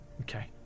Okay